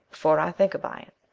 before i think of buying,